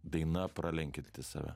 daina pralenkianti save